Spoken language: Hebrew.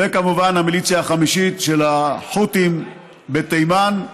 וכמובן המיליציה החמישית של החות'ים בתימן.